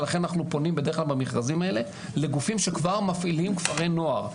לכן אנחנו פונים בדרך כלל במכרזים האלה לגופים שכבר מפעילים כפרי נוער.